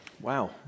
Wow